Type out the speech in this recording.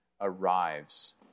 arrives